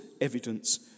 evidence